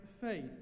faith